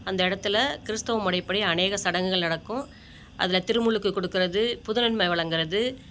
அந்த இடத்துல கிறிஸ்துவ முறைப்படி அநேக சடங்குகள் நடக்கும் அதில் திருமுழுக்கு கொடுக்குறது புது நன்மை வழங்குறது